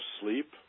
sleep